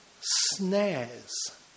snares